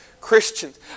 Christians